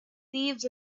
thieves